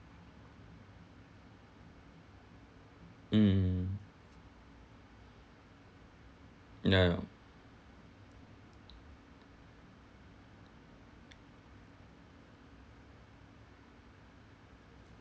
mm mm mm ya ya